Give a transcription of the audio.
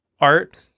art